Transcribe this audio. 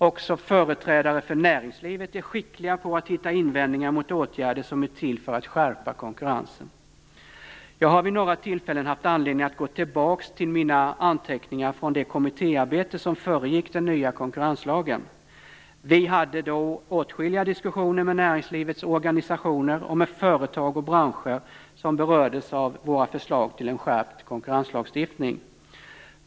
Också företrädare för näringslivet är skickliga på att hitta invändningar mot åtgärder som är till för att skärpa konkurrensen. Jag har vid några tillfällen haft anledning att gå tillbaka till mina anteckningar från det kommittéarbete som föregick den nya konkurrenslagen. Vi hade då åtskilliga diskussioner med näringslivets organisationer och med företag och branscher som berördes av våra förslag till en skärpt konkurrenslagstiftning.